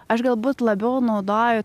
aš galbūt labiau naudoju